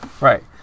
Right